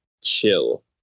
chill